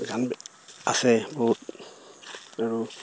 আছে বহুত আৰু